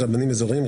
רבנים אזוריים,